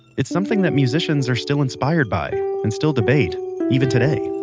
it's something that musicians are still inspired by and still debate even today